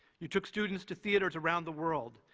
you took students to theatres around the world.